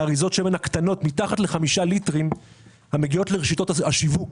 את המכס על האריזות הקטנות מתחת לחמישה ליטרים המגיעות לרשתות השיווק,